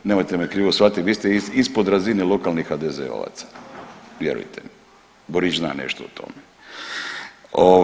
Nemojte me krivo shvatiti vi ste ispod razine lokalnih HDZ-ovaca vjerujte mi, Borić zna nešto o tome.